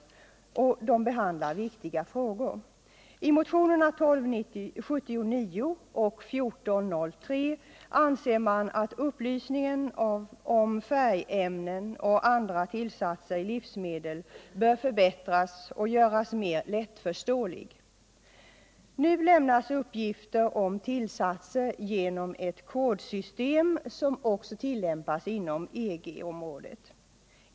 I motionerna behandlas också viktiga frågor. I motionerna 1279 och 1403 anser man att upplysningen om färgämnen och andra tillsatser i livsmedel bör förbättras och göras mer lättförståelig. Nu lämnas uppgifter om tillsatser genom ett kodsystem, som också tillämpas inom EG-området.